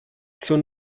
zur